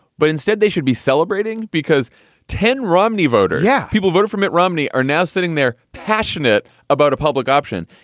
but instead they should be celebrating because ten romney voters yeah, people voted for mitt romney are now sitting there passionate about a public option.